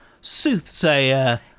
soothsayer